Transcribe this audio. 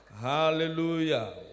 Hallelujah